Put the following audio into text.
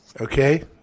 Okay